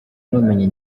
n’ubumenyi